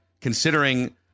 considering